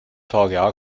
vga